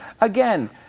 again